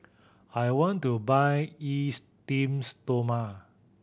I want to buy Esteem Stoma